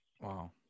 Wow